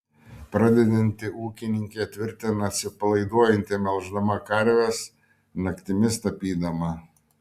pradedanti ūkininkė tvirtina atsipalaiduojanti melždama karves naktimis tapydama